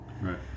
Right